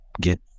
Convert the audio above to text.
get